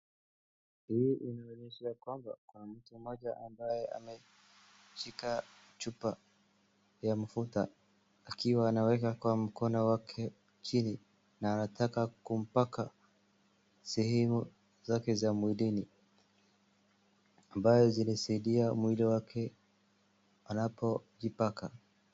Hii inaonyesha ya kwamba kuna mtu mmoja ambaye ameshika chupa ya mafuta akiwa anaweka kwa mkono wake chini na anataka kumpaka sehemu zake za mwilini ambazo zinasaidia mwili wake anapojipaka.